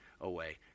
away